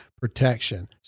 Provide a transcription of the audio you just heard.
protection